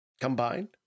combined